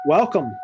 welcome